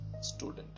student